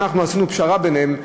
אנחנו עשינו פשרה ביניהם,